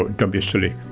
but don't be silly.